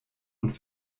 und